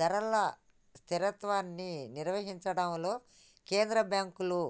ధరల స్థిరత్వాన్ని నిర్వహించడంలో కేంద్ర బ్యాంకులు